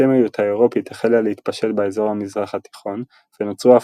האנטישמיות האירופית החלה להתפשט באזור המזרח התיכון ונוצרו אף